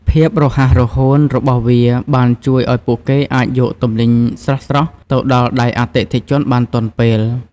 ភាពរហ័សរហួនរបស់វាបានជួយឱ្យពួកគេអាចយកទំនិញស្រស់ៗទៅដល់ដៃអតិថិជនបានទាន់ពេល។